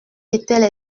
étaient